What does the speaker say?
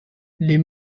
les